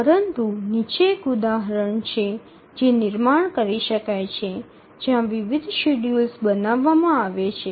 પરંતુ નીચે એક ઉદાહરણ છે જે નિર્માણ કરી શકાય છે જ્યાં વિવિધ શેડ્યૂલ્સ બનાવવામાં આવે છે